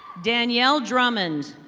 danielle drummond.